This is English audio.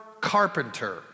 carpenter